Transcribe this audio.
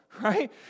right